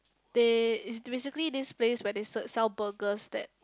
they is basically this place where they se~ sell burgers that